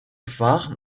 phare